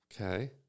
Okay